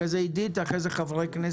אחרי זה עידית הדר, אחרי זה חברי כנסת.